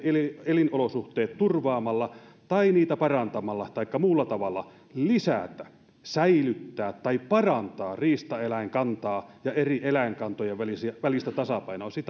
elinolosuhteet turvaamalla tai niitä parantamalla taikka muulla tavalla lisätä säilyttää tai parantaa riistaeläinkantaa ja eri eläinkantojen välistä välistä tasapainoa